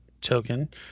token